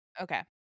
Okay